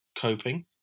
coping